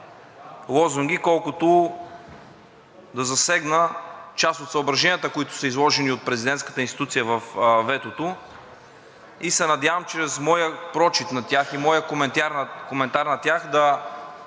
колкото да засегна част от съображенията, които са изложени от президентската институция във ветото, и се надявам, че с моя прочит на тях и моят коментар на тях да